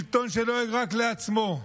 שלטון שדואג רק לעצמו,